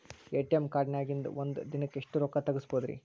ATM ಕಾರ್ಡ್ನ್ಯಾಗಿನ್ದ್ ಒಂದ್ ದಿನಕ್ಕ್ ಎಷ್ಟ ರೊಕ್ಕಾ ತೆಗಸ್ಬೋದ್ರಿ?